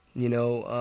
you know,